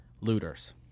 looters